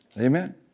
Amen